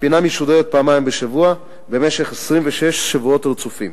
הפינה משודרת פעמיים בשבוע במשך 26 שבועות רצופים,